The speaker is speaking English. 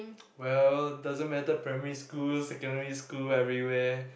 well doesn't matter primary school secondary school everywhere